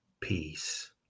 peace